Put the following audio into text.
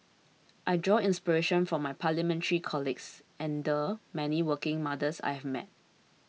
I draw inspiration from my Parliamentary colleagues and the many working mothers I have met